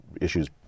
issues